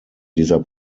dieser